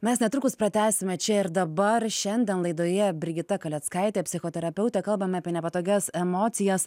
mes netrukus pratęsime čia ir dabar šiandien laidoje brigita kaleckaitė psichoterapeutė kalbam apie nepatogias emocijas